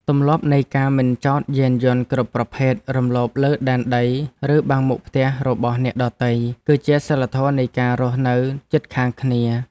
ទម្លាប់នៃការមិនចតយានយន្តគ្រប់ប្រភេទរំលោភលើដែនដីឬបាំងមុខផ្ទះរបស់អ្នកដទៃ គឺជាសីលធម៌នៃការរស់នៅជិតខាងគ្នា។